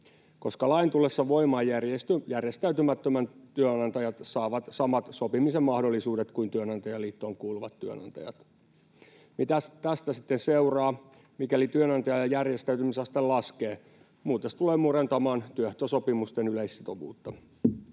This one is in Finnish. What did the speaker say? koska lain tullessa voimaan järjestäytymättömät työnantajat saavat samat sopimisen mahdollisuudet kuin työnantajaliittoon kuuluvat työnantajat. Mitä tästä sitten seuraa, mikäli työnantajien järjestäytymisaste laskee? Muutos tulee murentamaan työehtosopimusten yleissitovuutta.